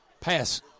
Pass